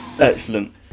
Excellent